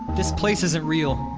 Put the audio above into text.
this place isn't real.